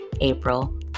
April